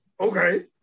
Okay